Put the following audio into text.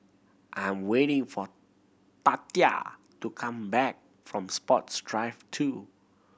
I'm waiting for Tatia to come back from Sports Drive Two